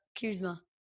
Kuzma